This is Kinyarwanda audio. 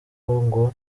uko